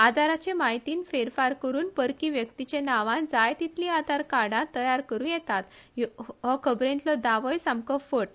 आधाराचे म्हायतीत फेरफार करून परकी व्यक्तीचे नावान जाय तितली आधार कार्डा तयार करू येतात हो खबरेतलो दावोय सामको फट